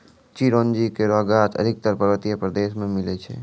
चिरौंजी केरो गाछ अधिकतर पर्वतीय प्रदेश म मिलै छै